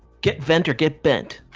get vent or get bent